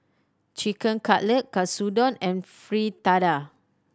Chicken Cutlet Katsudon and Fritada